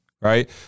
right